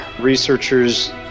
researchers